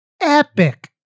epic